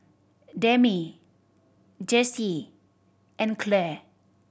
Demi Jessye and Clare